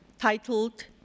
titled